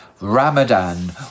Ramadan